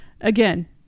Again